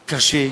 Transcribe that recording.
קשה,